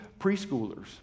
preschoolers